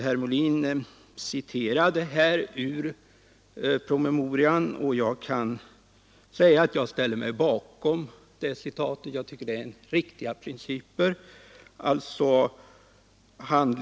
Herr Molin citerade ur promemorian, och jag kan säga att jag ställer mig bakom det citatet. Jag tycker det är riktiga principer.